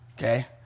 Okay